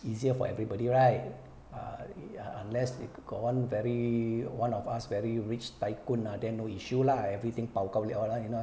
easier for everybody right err err unless you got one very one of us very rich tycoon ah then no issue lah everything bao kao liao you know